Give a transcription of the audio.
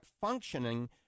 functioning